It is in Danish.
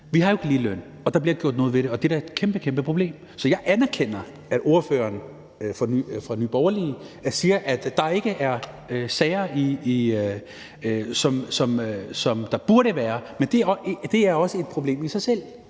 Vi har jo ikke ligeløn, og der bliver ikke gjort noget ved det, og det er da et kæmpe, kæmpe problem. Så jeg anerkender, at ordføreren fra Nye Borgerlige siger, at der ikke er sager, som der burde være, men det er også i sig selv